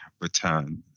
return